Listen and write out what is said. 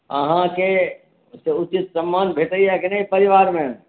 अहाँकेँ से उचित सम्मान भेटैया की नहि परिवारमे